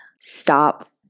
Stop